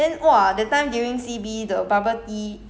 but cannot survive lor without bubble tea